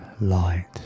light